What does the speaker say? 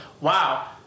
wow